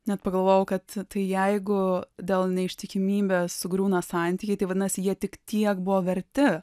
net pagalvojau kad tai jeigu dėl neištikimybės sugriūna santykiai tai vadinasi jie tik tiek buvo verti